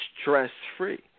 stress-free